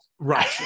Right